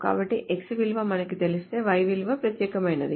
కాబట్టి X విలువ మనకు తెలిస్తే Y విలువ ప్రత్యేకమైనది